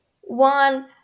one